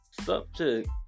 subject